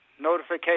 notification